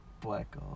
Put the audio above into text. black